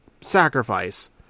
Sacrifice